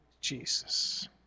Jesus